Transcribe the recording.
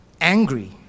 angry